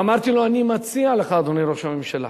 אמרתי לו: אני מציע לך, אדוני ראש הממשלה,